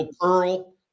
pearl